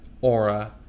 aura